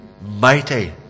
mighty